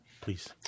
Please